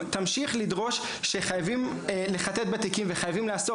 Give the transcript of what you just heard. תמשיך לדרוש שחייבים לחטט בתיקים וחייבים לאסור